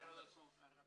אבל חייבים להתחיל.